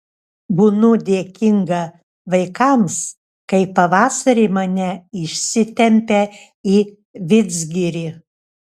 būnu dėkinga vaikams kai pavasarį mane išsitempia į vidzgirį